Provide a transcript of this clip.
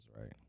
right